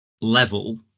level